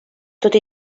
tot